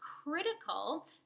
critical